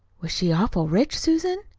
was she awful rich, susan?